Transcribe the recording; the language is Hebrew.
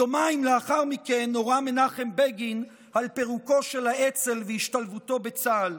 יומיים לאחר מכן הורה מנחם בגין על פירוקו של האצ"ל והשתלבותו בצה"ל.